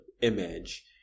image